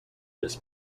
this